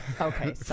okay